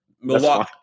Milwaukee